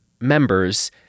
members